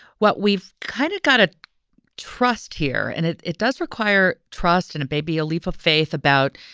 what we've kind of got to trust here. and it it does require trust and a baby, a leap of faith about,